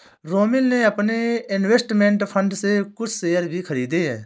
रोमिल ने अपने investment fund से कुछ शेयर भी खरीदे है